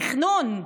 תכנון.